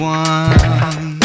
one